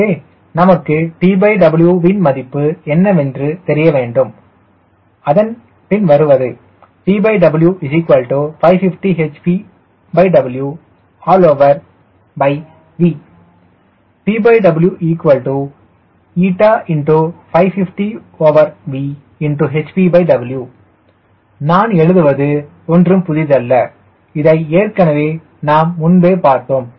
எனவே நமக்கு TW வின் மதிப்பு என்னவென்று தெரிய வேண்டும் அதன் பின் வருவது TW550hpWV TWη550V hpW நான் எழுதுவது ஒன்றும் புதிதல்ல இதை ஏற்கனவே நாம் முன்பே பார்த்தோம்